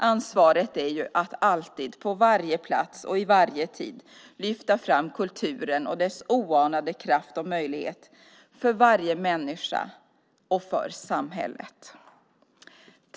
Ansvaret är att alltid, på varje plats och i varje tid, lyfta fram kulturen och dess oanade kraft och möjlighet för varje människa och för samhället.